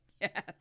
Yes